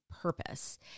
purpose